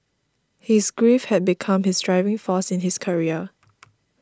his grief had become his driving force in his career